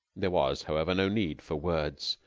there was, however, no need for words.